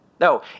No